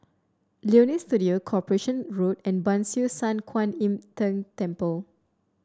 Leonie Studio Corporation Road and Ban Siew San Kuan Im Tng Temple